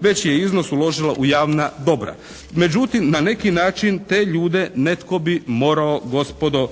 već je iznos uložila u javna dobra. Međutim, na neki način te ljude netko bi morao gospodo